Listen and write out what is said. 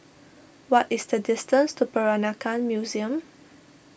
what is the distance to Peranakan Museum